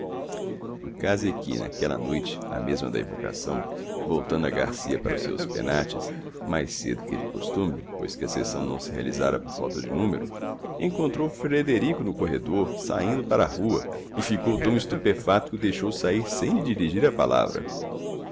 o caso ê que naquela noite a mesma da evocação voltando o garcia para os seus penates mais cedo que de costume pois que a sessão não se realizara por falta de número encontrou o frederico no corredor saindo para a rua e ficou tão estupefato que o deixou sair sem lhe dirigir a palavra